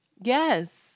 Yes